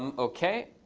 um ok.